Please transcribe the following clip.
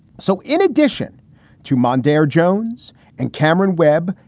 so in addition to mondher jones and cameron webb.